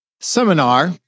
seminar